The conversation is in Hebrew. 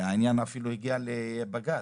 והעניין אפילו הגיע לבג"ץ,